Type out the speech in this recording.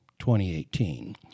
2018